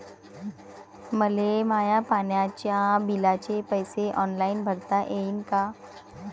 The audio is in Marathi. मले माया पाण्याच्या बिलाचे पैसे ऑनलाईन भरता येईन का?